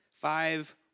Five